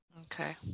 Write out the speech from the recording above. Okay